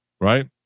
Right